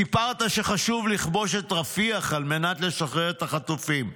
סיפרת שחשוב לכבוש את רפיח על מנת לשחרר את החטופים,